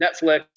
Netflix